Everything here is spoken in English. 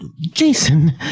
Jason